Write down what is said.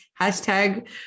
hashtag